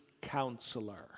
counselor